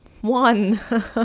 one